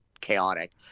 chaotic